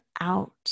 out